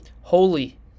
Holy